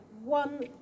One